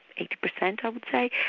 eighty per cent i would say,